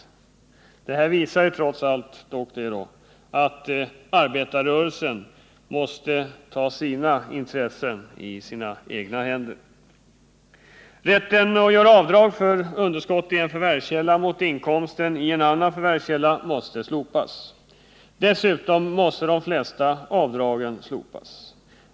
Det visar trots allt att arbetarrörelsen måste ta sina intressen i egna händer. Rätten att göra avdrag för underskottet i en förvärvskälla mot inkomsten i en annan förvärvskälla måste slopas. Dessutom måste de flesta avdrag slopas.